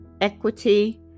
equity